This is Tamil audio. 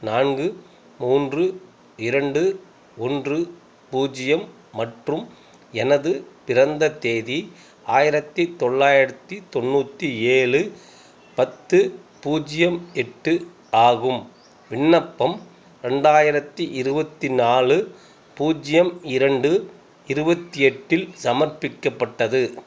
நான்கு மூன்று இரண்டு ஒன்று பூஜ்ஜியம் மற்றும் எனது பிறந்த தேதி ஆயிரத்தி தொள்ளாயிரத்தி தொண்ணூற்றி ஏழு பத்து பூஜ்ஜியம் எட்டு ஆகும் விண்ணப்பம் ரெண்டாயிரத்தி இருபத்தி நாலு பூஜ்ஜியம் இரண்டு இருபத்தி எட்டில் சமர்ப்பிக்கப்பட்டது